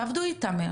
תעבדו איתם,